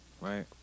Right